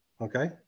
okay